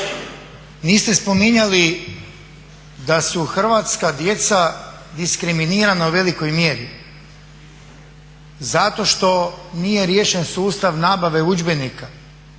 Niste spominjali da su hrvatska djeca diskriminirana u velikoj mjeri zato što nije riješen sustav nabave udžbenika.